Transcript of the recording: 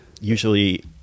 usually